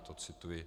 To cituji.